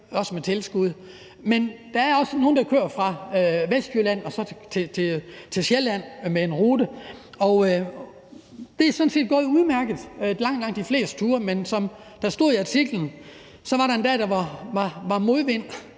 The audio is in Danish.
også med tilskud, men der er også nogle, der kører på en rute fra Vestjylland til Sjælland, og det er sådan set gået udmærket på langt, langt de fleste ture, men som der stod i artiklen, var der en dag, hvor der var modvind,